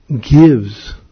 gives